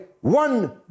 one